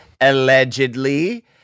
Allegedly